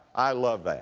i love that.